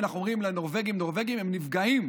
אם אנחנו אומרים לנורבגים "נורבגים" הם נפגעים,